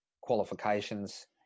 qualifications